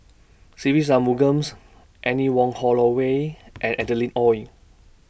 Se Ve Shanmugam's Anne Wong Holloway and Adeline Ooi